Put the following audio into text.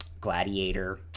Gladiator